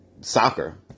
soccer